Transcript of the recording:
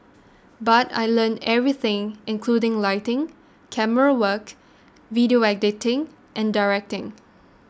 but I learnt everything including lighting camerawork video editing and directing